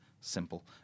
simple